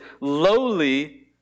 Lowly